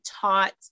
taught